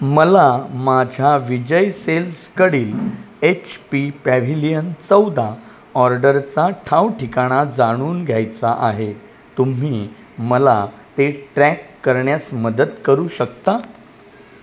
मला माझ्या विजय सेल्सकडील एच पी पॅव्हिलियन चौदा ऑर्डरचा ठावठिकाणा जाणून घ्यायचा आहे तुम्ही मला ते ट्रॅक करण्यास मदत करू शकता